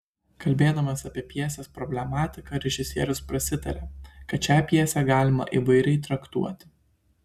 kalbėdamas apie pjesės problematiką režisierius prasitaria kad šią pjesę galima įvairiai traktuoti